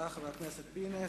לחבר הכנסת פינס.